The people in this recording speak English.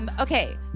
Okay